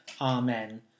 amen